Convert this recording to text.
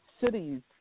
cities